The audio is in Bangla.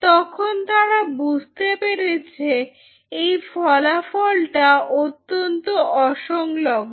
তখন তারা বুঝতে পেরেছে এই ফলাফল টা অত্যন্ত অসংলগ্ন